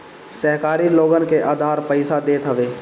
सहकारी लोगन के उधार पईसा देत हवे